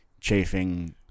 chafing